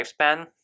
lifespan